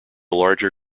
larger